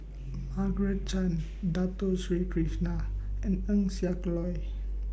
Margaret Chan Dato Sri Krishna and Eng Siak Loy